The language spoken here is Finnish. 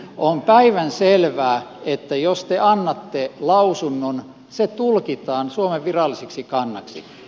on päivänselvää että jos te annatte lausunnon se tulkitaan suomen viralliseksi kannaksi